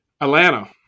Atlanta